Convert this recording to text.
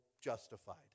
justified